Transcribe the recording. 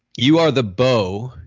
you are the bow,